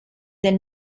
del